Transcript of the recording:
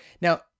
Now